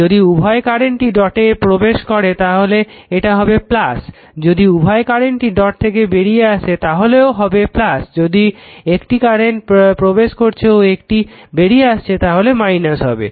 যদি উভয় কারেন্টই ডটে প্রবেশ করে তাহলে এটা হবে যদি উভয় কারেন্টই ডট থেকে বেরিয়ে আসে তাহলেও হবে যদি একটি কারেন্ট প্রবেশ করছে ও একটি বেরিয়ে আসছে তাহলে - হবে